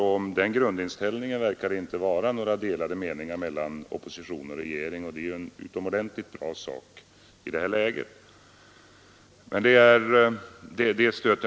Om den grundinställningen verkar det inte heller vara några delade meningar mellan opposition och regering, och det är utomordentligt bra i det här läget.